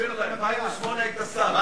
ב-2008 היית שר,